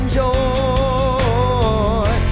joy